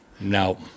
No